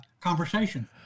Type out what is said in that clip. conversation